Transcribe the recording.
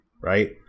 right